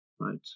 right